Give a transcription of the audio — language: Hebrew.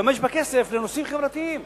להשתמש בכסף לנושאים חברתיים.